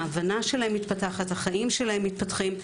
ההבנה שלהם מתפתחת, החיים שלהם מתפתחים.